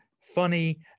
funny